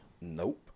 Nope